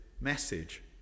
message